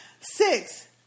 Six